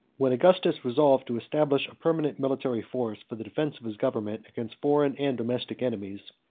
when augustus resolved to establish a permanent military force for the defence of his government against foreign and domestic enemies,